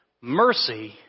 Mercy